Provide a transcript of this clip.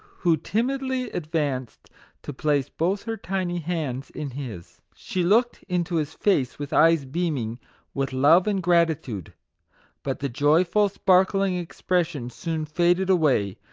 who timidly advanced to place both her tiny hands in his. she looked into his face with eyes beaming with love and gratitude but the joyful, sparkling expression soon faded away,